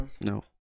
No